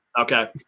Okay